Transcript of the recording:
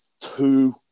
Two